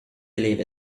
believe